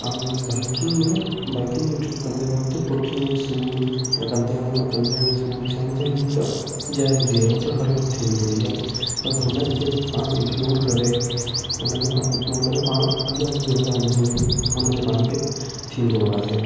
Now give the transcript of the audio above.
ऐं बाइकिंग में बाइकिंग जी ट्रिप कंदे वक़्तु पुठीअ में सूर या कंधा कंधे में सूर थियण त हीउ त जाइज़ु ई आहे हू त हर वक़्तु थींदो ई आहे पर हुन खे पाण इग्नोर करे हुन खे पाण इग्नोर करे पाण अॻियां कीअं था वधूं हुन ते पाण खे थींदो आहे